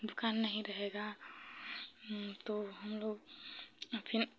दुक़ान नहीं रहेगी तो हमलोग फिर